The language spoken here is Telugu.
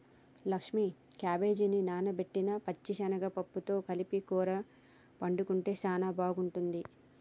లక్ష్మీ క్యాబేజిని నానబెట్టిన పచ్చిశనగ పప్పుతో కలిపి కూర వండుకుంటే సానా బాగుంటుంది